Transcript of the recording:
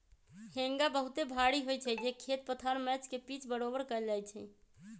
हेंगा बहुते भारी होइ छइ जे खेत पथार मैच के पिच बरोबर कएल जाइ छइ